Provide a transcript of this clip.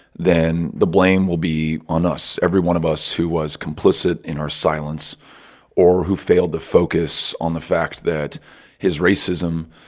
then the blame will be on us, every one of us who was complicit in our silence or who failed to focus on the fact that his racism,